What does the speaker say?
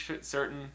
certain